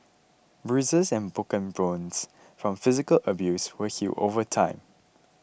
bruises and broken bones from physical abuse will heal over time